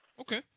Okay